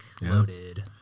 loaded